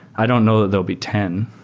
i don't know that there'll be ten.